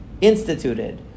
instituted